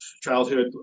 childhood